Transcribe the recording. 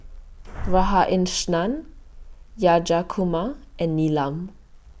Radhakrishnan and Neelam